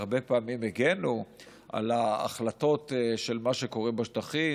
הרבה פעמים הגנו על ההחלטות של מה שקורה בשטחים,